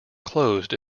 closed